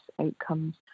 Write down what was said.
outcomes